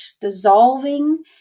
dissolving